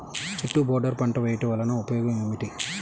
చుట్టూ బోర్డర్ పంట వేయుట వలన ఉపయోగం ఏమిటి?